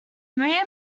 maria